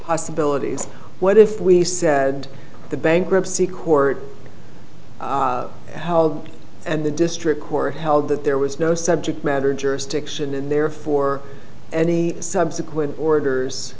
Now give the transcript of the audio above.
abilities what if we said the bankruptcy court held and the district court held that there was no subject matter jurisdiction and therefore any subsequent orders